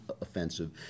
offensive